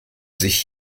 sich